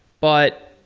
but